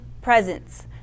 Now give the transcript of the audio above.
presence